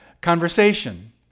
conversation